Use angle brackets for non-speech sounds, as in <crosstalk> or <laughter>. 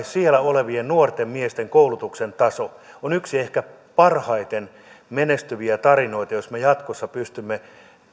<unintelligible> siellä olevien nuorten miesten koulutuksen taso on yksi ehkä parhaiten menestyviä tarinoita jos me jatkossa pystymme